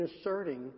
asserting